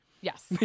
Yes